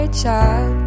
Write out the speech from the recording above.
child